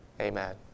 Amen